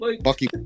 Bucky